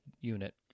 unit